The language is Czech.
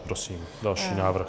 Prosím další návrh.